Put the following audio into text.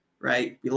right